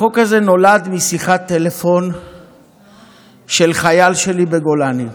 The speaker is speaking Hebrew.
החוק הזה נולד משיחת טלפון של חייל שלי בגולני.